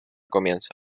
comienza